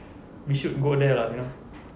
we should go there lah you know